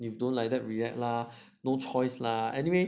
you don't like that react lah no choice lah anyway